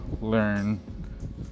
learn